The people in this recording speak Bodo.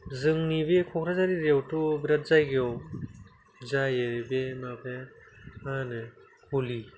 जोंनि बे कक्राझार एरिया आवथ' बिराद जायगायाव जायो बे माबाया मा होनो हलि